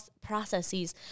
processes